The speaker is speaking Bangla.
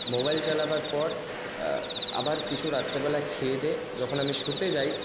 মোবাইল চালাবার পর আবার কিছু রাত্রেবেলায় খেয়ে দেয়ে যখন আমি শুতে যাই